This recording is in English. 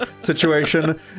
situation